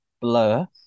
Blur